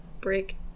break